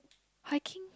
hiking